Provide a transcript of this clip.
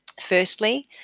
Firstly